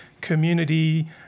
community